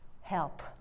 help